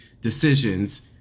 decisions